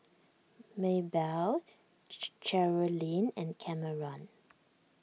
Mabelle Cherilyn and Cameron